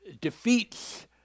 defeats